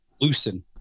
loosen